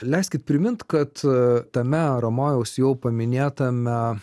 leiskit primint kad tame ramojaus jau paminėtame